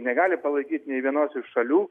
negali palaikyti nei vienos iš šalių